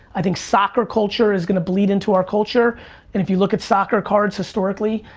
i think soccer culture is gonna bleed into our culture and if you look at soccer cards, historically,